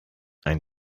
ein